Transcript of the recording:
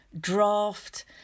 draft